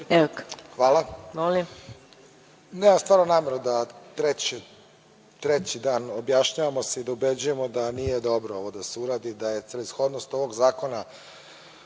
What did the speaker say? Hvala. Nemam stvarno nameru da se treći dan objašnjavamo i ubeđujemo da nije dobro ovo da se uradi, da je celishodnost ovog zakona